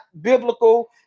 biblical